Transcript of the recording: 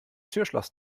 türschloss